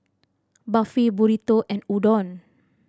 Barfi Burrito and Udon